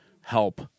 help